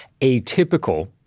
atypical